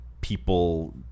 people